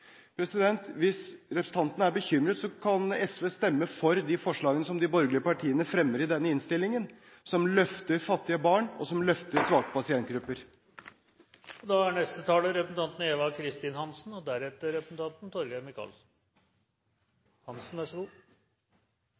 Hvis representanten er bekymret, kan SV stemme for de forslagene som de borgerlige partiene fremmer i denne innstillingen, som løfter fattige barn, og som løfter svake pasientgrupper.